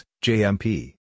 J-M-P